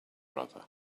brother